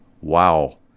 Wow